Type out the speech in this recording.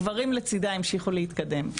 גברים לצידה המשיכו להתקדם.